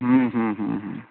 हूँ हूँ हूँ हूँ